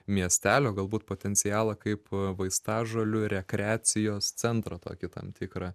miestelio galbūt potencialą kaip vaistažolių rekreacijos centrą tokį tam tikrą